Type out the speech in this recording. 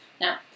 Now